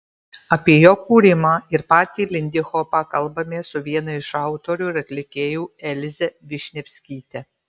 apie jo kūrimą ir patį lindihopą kalbamės su viena iš autorių ir atlikėjų elze višnevskyte